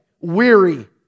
weary